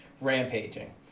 rampaging